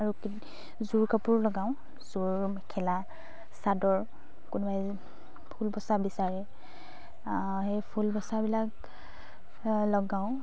আৰু যোৰ কাপোৰ লগাওঁ যোৰ মেখেলা চাদৰ কোনোবাই ফুল বচা বিচাৰে সেই ফুল বচাবিলাক লগাওঁ